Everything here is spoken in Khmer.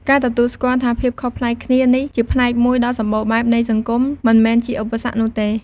ការទទួលស្គាល់ថាភាពខុសប្លែកគ្នានេះជាផ្នែកមួយដ៏សម្បូរបែបនៃសង្គម មិនមែនជាឧបសគ្គនោះទេ។